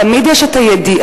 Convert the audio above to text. תמיד יש ידיעה,